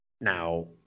now